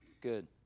Good